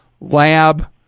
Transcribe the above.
lab